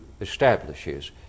establishes